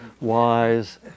wise